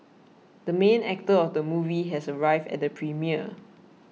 the main actor of the movie has arrived at the premiere